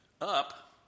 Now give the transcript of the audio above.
up